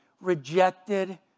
rejected